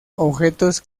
objetos